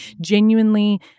genuinely